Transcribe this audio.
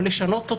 או לשנות,